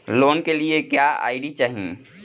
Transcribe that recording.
Loan के लिए क्या आई.डी चाही?